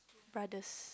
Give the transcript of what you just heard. brothers